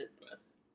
business